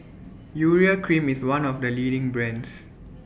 Urea Cream IS one of The leading brands